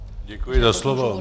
Děkuji za slovo.